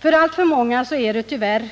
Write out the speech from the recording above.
För alltför många är det tyvärr